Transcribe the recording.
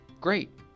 great